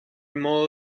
modo